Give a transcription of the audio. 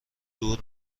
دور